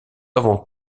avant